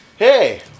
Hey